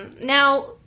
Now